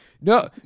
no